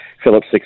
Phillips